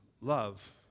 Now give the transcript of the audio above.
love